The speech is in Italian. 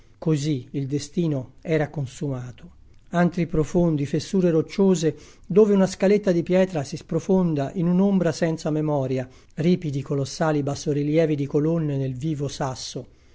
così il destino era consumato antri profondi fessure rocciose dove una scaletta di pietra si sprofonda in un'ombra senza memoria ripidi colossali bassorilievi di colonne nel vivo sasso